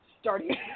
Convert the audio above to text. starting